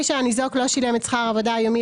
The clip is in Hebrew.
הניזוק לא שילם את שכר העבודה היומי